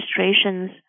registrations